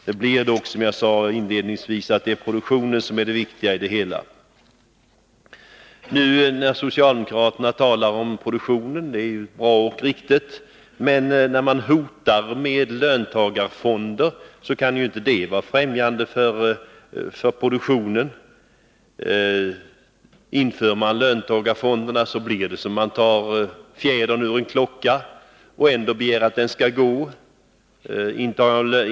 Det är dock produktionen som är det viktiga i det hela, som jag sade inledningsvis. När socialdemokraterna nu talar om produktionen är det ju bra och riktigt, men att man hotar med löntagarfonder kan inte vara främjande för produktionen. Inför man löntagarfonderna blir det som att ta fjädern ur en klocka och ändå begära att den skall gå.